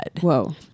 whoa